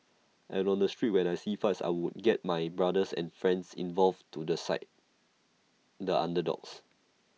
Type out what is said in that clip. and on the street when I see fights I would get my brothers and friends involved to the side the underdogs